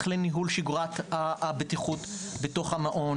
ניהול שגרת הבטיחות במעון